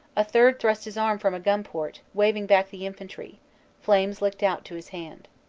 a third thrust his arm from a gun-port, waving back the infantry flames licked out to his hand